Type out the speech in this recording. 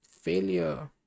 failure